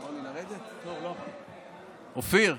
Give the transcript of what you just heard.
אופיר?